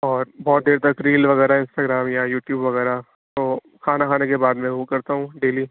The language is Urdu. اور بہت دیر تک ریل وغیرہ انسٹاگرام یا یوٹیوب وغیرہ تو کھانا کھانے کے بعد میں وہ کرتا ہوں ڈیلی